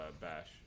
Bash